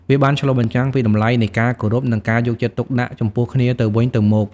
វាបានឆ្លុះបញ្ចាំងពីតម្លៃនៃការគោរព និងការយកចិត្តទុកដាក់ចំពោះគ្នាទៅវិញទៅមក។